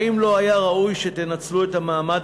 האם לא היה ראוי שתנצלו את המעמד